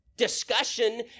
discussion